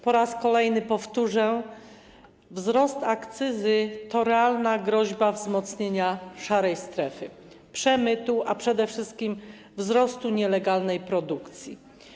Po raz kolejny powtórzę, że wzrost akcyzy to realna groźba wzmocnienia szarej strefy, przemytu, a przede wszystkim wzrostu nielegalnej produkcji.